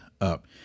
up